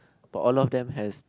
but all of them has